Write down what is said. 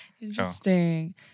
Interesting